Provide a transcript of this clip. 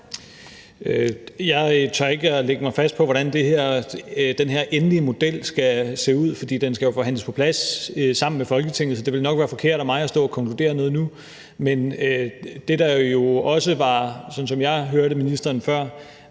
Jeg tør ikke at lægge mig fast på, hvordan den her endelige model skal se ud, for den skal jo forhandles på plads sammen med Folketinget. Så det ville nok være forkert af mig at stå og konkludere noget nu, men det, der også var en pointe i den sammenhæng,